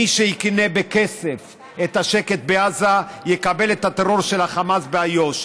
מי שיקנה בכסף את השקט בעזה יקבל את הטרור של החמאס באיו"ש,